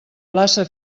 plaça